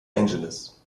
angeles